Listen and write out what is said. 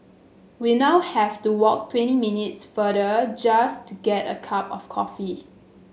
we now have to walk twenty minutes farther just to get a cup of coffee